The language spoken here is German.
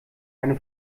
eine